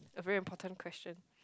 a very important question